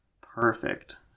Perfect